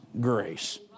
grace